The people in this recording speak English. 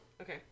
okay